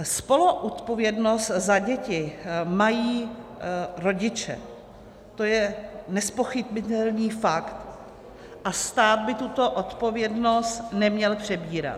Spoluodpovědnost za děti mají rodiče, to je nezpochybnitelný fakt a stát by tuto odpovědnost neměl přebírat.